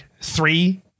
three